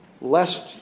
lest